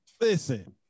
Listen